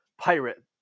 pirate